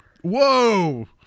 Whoa